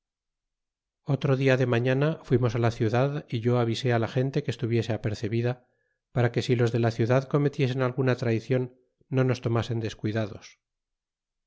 o dio de mañana fuimos la ciudad y yo avisé la gente e que estuviese apercebida para que si los de la ciudad cometiesen e alguna traic'oii no nos tomasen descuidados